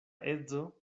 edzo